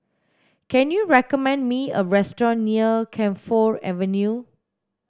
can you recommend me a restaurant near Camphor Avenue